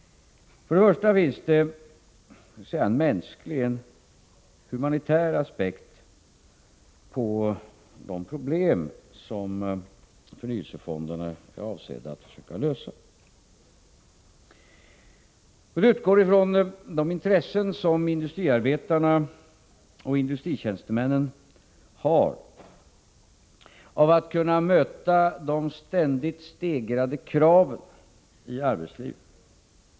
För det första finns det en mänsklig, humanitär, aspekt på de problem som förnyelsefonderna är avsedda att lösa. Vi utgår från de intressen som industriarbetarna och industritjänstemännen har av att kunna möta de ständigt stegrade kraven i arbetslivet.